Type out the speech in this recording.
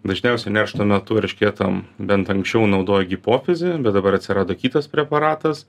dažniausiai neršto metu eršketam bent anksčiau naudojo gipofizį bet dabar atsirado kitas preparatas